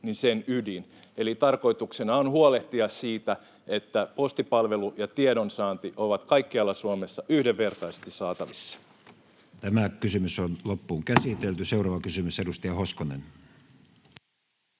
käsittelyyn. Eli tarkoituksena on huolehtia siitä, että postipalvelu ja tiedonsaanti ovat kaikkialla Suomessa yhdenvertaisesti saatavissa. Seuraava kysymys, edustaja Hoskonen.